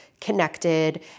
connected